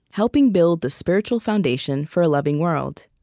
helping to build the spiritual foundation for a loving world.